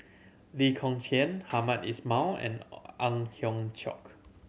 Lee Kong Chian Hamed Ismail and Ang Hiong Chiok